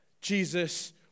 Jesus